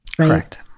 correct